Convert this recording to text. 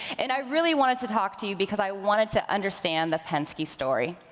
and i really wanted to talk to you because i wanted to understand the penske story.